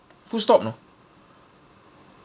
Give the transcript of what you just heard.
full stop you know